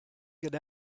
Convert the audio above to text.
get